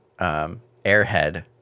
airhead